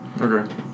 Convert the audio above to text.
Okay